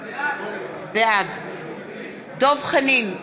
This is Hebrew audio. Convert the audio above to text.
בעד דב חנין,